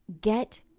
get